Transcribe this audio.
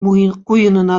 куенына